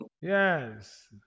Yes